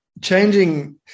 changing